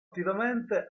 attivamente